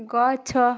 ଗଛ